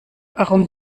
warum